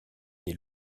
des